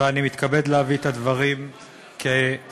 ואני מתכבד להביא את הדברים כהווייתם.